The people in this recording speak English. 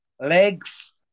legs